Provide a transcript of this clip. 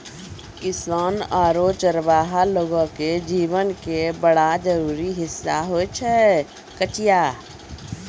किसान आरो चरवाहा लोगो के जीवन के बड़ा जरूरी हिस्सा होय छै कचिया